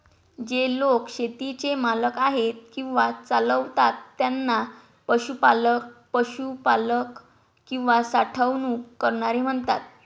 जे लोक शेतीचे मालक आहेत किंवा चालवतात त्यांना पशुपालक, पशुपालक किंवा साठवणूक करणारे म्हणतात